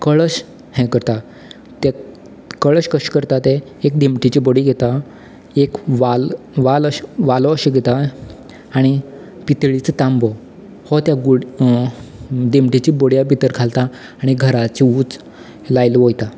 कळश हें करता ते कळश कशे करता ते एक दिमटीची बडी घेता एक वाल वालो अशें घेता आनी पितळीचो तांबो हो त्या गो दिमटेच्या बडया भितर घालता आनी घराच्या उच लायले वयता